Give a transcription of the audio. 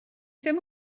ddim